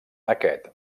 aquest